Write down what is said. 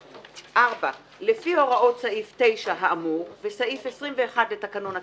4. לפי הוראות סעיף 9 האמור וסעיף 21 לתקנון הכנסת,